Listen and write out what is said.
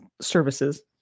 services